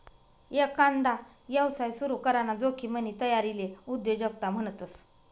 एकांदा यवसाय सुरू कराना जोखिमनी तयारीले उद्योजकता म्हणतस